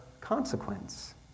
consequence